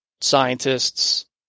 scientists